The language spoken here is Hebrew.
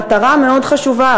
מטרה מאוד חשובה,